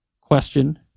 question